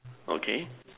okay